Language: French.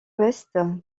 ouest